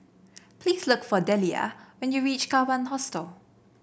please look for Dellia when you reach Kawan Hostel